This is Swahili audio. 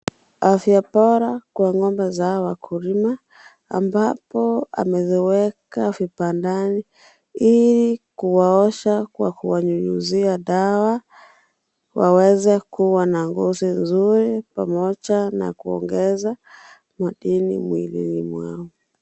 Afya bora kwa ng'ombe za hawa wakulima, ambapo ameziweka viwandani ili kuwaosha kwa kuwanyunyizia dawa waweze kuwa na ngozi mzuri pamoja na kuongeza madini mwilini mwao.